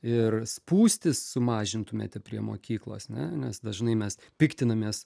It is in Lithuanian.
ir spūstis sumažintumėte prie mokyklos ne nes dažnai mes piktinamės